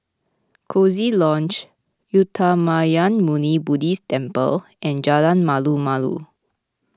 Coziee Lodge Uttamayanmuni Buddhist Temple and Jalan Malu Malu